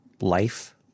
life